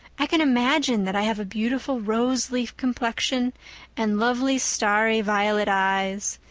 i can imagine that i have a beautiful rose-leaf complexion and lovely starry violet eyes.